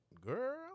Girl